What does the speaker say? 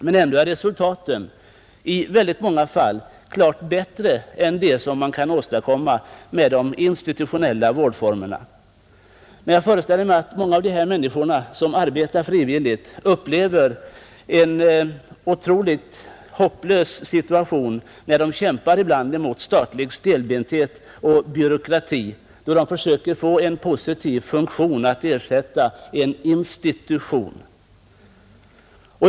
Men ändå är resultaten i många fall klart bättre än vad man uppnår med de institutionella vårdformerna. Jag föreställer mig emellertid att de människor som arbetar frivilligt i denna vård många gånger upplever situationen som hopplös, när de kämpar mot statlig stelbenthet och byråkrati i försöken att få nya vårdformer som komplement till en institutionell vårdmetod.